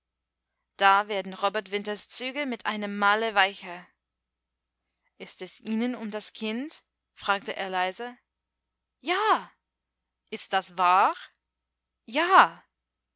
da werden robert winters züge mit einem male weicher ist es ihnen um das kind fragte er leise ja ist das wahr ja